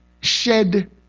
shed